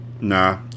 Nah